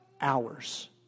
hours